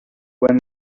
when